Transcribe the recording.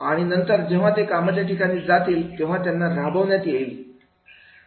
आणि नंतर जेव्हा ते कामाच्या ठिकाणी जातील तेव्हा त्यांना ते राबविण्यात येईल का